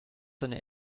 seine